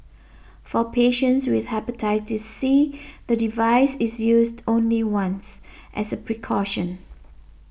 for patients with Hepatitis C the device is used only once as a precaution